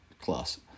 class